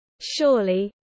Surely